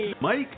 Mike